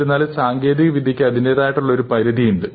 എന്നിരുന്നാലും സാങ്കേതികവിദ്യക്ക് അതിൻറെതായ ഒരു പരിധിയുണ്ട്